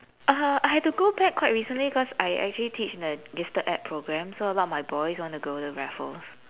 uh I had to go back quite recently cause I actually teach in a gifted ed program so a lot of my boys want to go to raffles